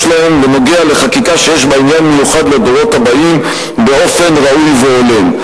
להם בנוגע לחקיקה שיש בה עניין מיוחד לדורות הבאים באופן ראוי והולם.